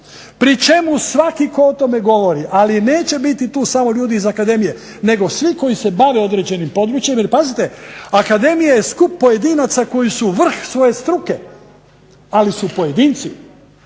pri čemu svaki tko o tome govori, ali neće biti tu samo ljudi iz Akademije nego svi koji se bave određenim područjem. Jer pazite, Akademija je skup pojedinaca koji su vrh svoje struke, ali su pojedinci,